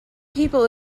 people